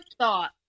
thought